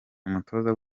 umutoza